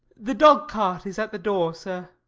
the dog-cart is at the door, sir.